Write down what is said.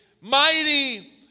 mighty